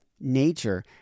nature